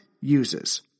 uses